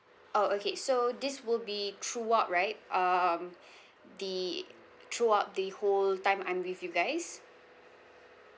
oh okay so this will be throughout right um the throughout the whole time I'm with you guys